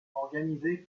organisées